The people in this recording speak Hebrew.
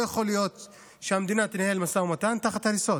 לא יכול להיות שהמדינה תנהל משא ומתן תחת הריסות.